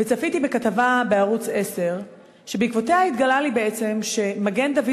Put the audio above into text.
וצפיתי בכתבה בערוץ 10 שבעקבותיה התגלה לי בעצם שמגן-דוד-אדום,